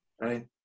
Right